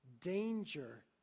danger